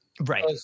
right